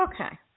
okay